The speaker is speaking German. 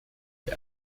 der